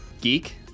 Geek